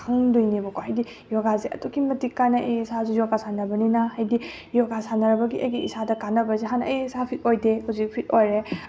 ꯈꯪꯗꯣꯏꯅꯦꯕꯀꯣ ꯍꯥꯏꯗꯤ ꯌꯣꯒꯥꯁꯦ ꯑꯗꯨꯛꯀꯤ ꯃꯇꯤꯛ ꯀꯥꯟꯅꯩ ꯑꯩ ꯏꯁꯥꯁꯨ ꯌꯣꯒꯥ ꯁꯥꯟꯅꯕꯅꯤꯅ ꯍꯥꯏꯗꯤ ꯌꯣꯒꯥ ꯁꯥꯟꯅꯔꯕꯒꯤ ꯑꯩꯒꯤ ꯏꯁꯥꯗ ꯀꯥꯟꯅꯕ ꯍꯥꯏꯁꯦ ꯍꯥꯟꯅ ꯑꯩ ꯏꯁꯥ ꯐꯤꯠ ꯑꯣꯏꯗꯦ ꯍꯧꯖꯤꯛ ꯐꯤꯠ ꯑꯣꯏꯔꯦ